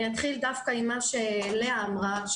אני אתחיל דווקא עם מה שלאה אמרה,